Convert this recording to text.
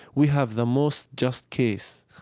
we have the most just case,